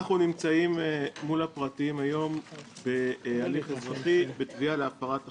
אנחנו נמצאים מול הפרטים היום בהליך אזרחי בתביעה להפרת החוזה.